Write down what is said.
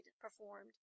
performed